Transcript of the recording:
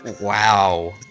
Wow